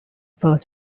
part